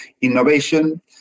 innovation